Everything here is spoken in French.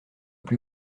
plus